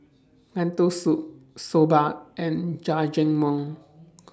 Lentil Soup Soba and Jajangmyeon